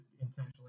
intentionally